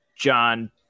John